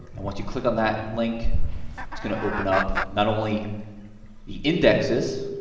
and once you click on that link it's going to open up not only the indexes